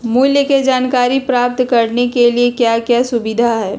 मूल्य के जानकारी प्राप्त करने के लिए क्या क्या सुविधाएं है?